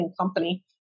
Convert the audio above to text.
company